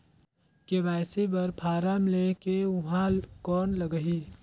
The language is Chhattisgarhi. के.वाई.सी बर फारम ले के ऊहां कौन लगही?